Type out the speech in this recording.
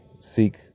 seek